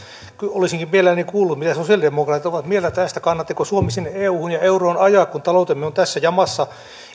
olisinkin mielelläni kuullut mitä sosiaalidemokraatit ovat mieltä tästä kannattiko suomi sinne euhun ja euroon ajaa kun taloutemme on tässä jamassa